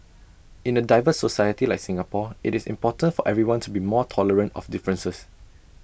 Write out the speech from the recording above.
in A diverse society like Singapore IT is important for everyone to be more tolerant of differences